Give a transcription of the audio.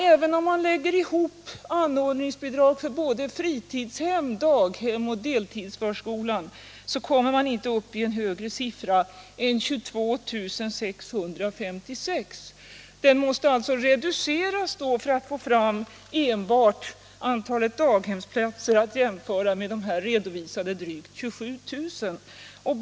Även om man lägger ihop anordningsbidrag för både fritidshem, daghem och deltidsförskolan, kommer man inte upp i en högre siffra än 22 656. Den siffran måste alltså reduceras för att man skall få fram enbart antalet daghemsplatser att jämföra med det här redovisade planerade antalet Nr 76 på drygt 27000.